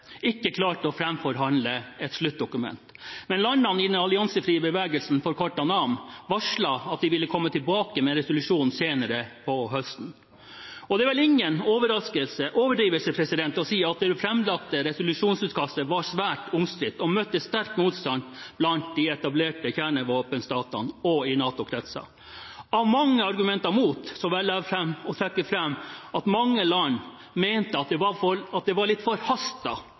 ikke klarte å framforhandle et sluttdokument. Landene i den alliansefrie bevegelsen, forkortet NAM, varslet at de ville komme tilbake med resolusjon senere på høsten. Det er vel ingen overdrivelse å si at det framlagte resolusjonsutkastet var svært omstridt og møtte sterk motstand blant de etablerte kjernevåpenstatene, også i NATO-kretser. Av mange argumenter mot velger jeg å trekke fram at mange land mente at det var litt forhastet å innlede forhandlinger om en kjernevåpenkonvensjon. Slik kan det